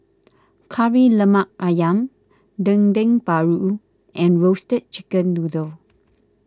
Kari Lemak Ayam Dendeng Paru and Roasted Chicken Noodle